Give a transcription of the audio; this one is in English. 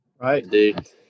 right